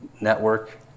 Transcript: Network